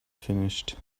finished